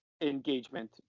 engagement